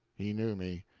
he knew me.